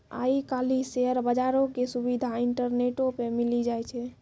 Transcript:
आइ काल्हि शेयर बजारो के सुविधा इंटरनेटो पे मिली जाय छै